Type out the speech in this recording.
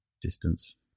Distance